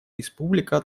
республика